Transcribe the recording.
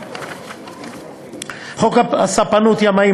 66. חוק הספנות (ימאים),